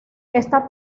esta